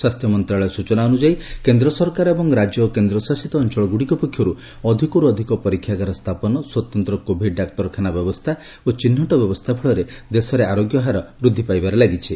ସ୍ୱାସ୍ଥ୍ୟ ମନ୍ତ୍ରାଳୟ ସୂଚନା ଅନୁଯାୟୀ କେନ୍ଦ୍ର ସରକାର ଏବଂ ରାଜ୍ୟ ଓ କେନ୍ଦ୍ର ଶାସିତ ଅଞ୍ଚଳଗୁଡିକ ପକ୍ଷରୁ ଅଧିକରୁ ଅଧିକ ପରୀକ୍ଷାଗାର ସ୍ଥାପନ ସ୍ୱତନ୍ତ୍ର କୋଭିଡ ଡାକ୍ତରଖାନା ବ୍ୟବସ୍ଥା ଓ ଚିହ୍ନଟ ବ୍ୟବସ୍ଥା ଫଳରେ ଦେଶରେ ଆରୋଗ୍ୟ ହାର ବୃଦ୍ଧି ପାଇବାରେ ଲାଗିଛି